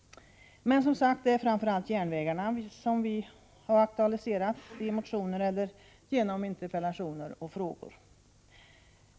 Framför allt är det dock, som sagt, järnvägarna som vi har aktualiserat i motioner eller genom interpellationer och frågor.